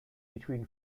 between